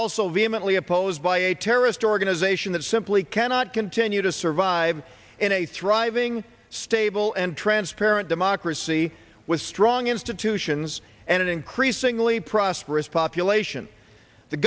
vehemently opposed by a terrorist organization that simply cannot continue to survive in a thriving stable and transparent democracy with strong institutions and an increasingly prosperous population the